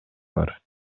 бар